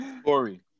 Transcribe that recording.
Story